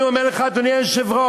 אני אומר לך, אדוני היושב-ראש,